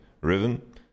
Riven